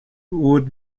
would